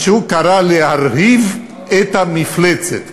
מה שהוא קרא "להרעיב את המפלצת".